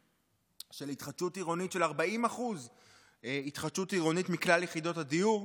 התחדשות עירונית של 40% מכלל יחידות הדיור,